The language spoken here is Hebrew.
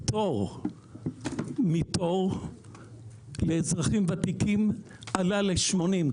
הפטור מתור לאזרחים ותיקים עלה ל-80.